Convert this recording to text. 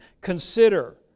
consider